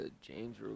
James